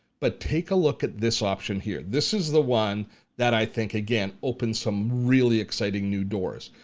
but take a look at this option here. this is the one that i think, again, opens some really exciting new doors.